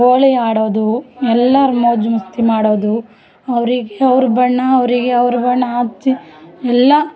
ಹೋಳಿ ಆಡೋದು ಎಲ್ಲರು ಮೋಜು ಮಸ್ತಿ ಮಾಡೋದು ಅವರಿಗೆ ಅವ್ರು ಬಣ್ಣ ಅವರಿಗೆ ಅವ್ರು ಬಣ್ಣ ಹಚ್ಚಿ ಎಲ್ಲ